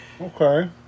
Okay